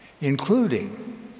including